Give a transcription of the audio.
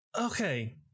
Okay